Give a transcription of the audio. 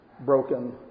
Broken